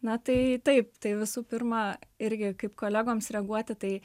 na tai taip tai visų pirma irgi kaip kolegoms reaguoti tai